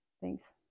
thanks